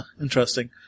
interesting